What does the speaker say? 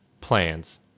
plans